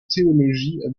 théologie